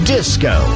Disco